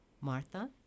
Martha